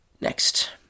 Next